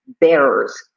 bearers